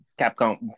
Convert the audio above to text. capcom